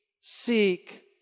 seek